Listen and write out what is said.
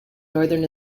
northern